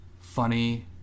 funny